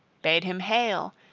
bade him hail,